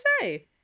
say